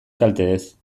kalteez